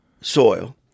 soil